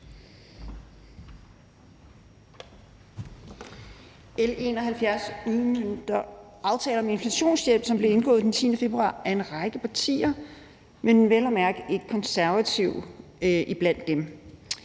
L 71 udmønter »Aftale om inflationshjælp«, som blev indgået den 10. februar af en række partier, men vel at mærke var Konservative ikke iblandt dem.